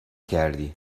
کردی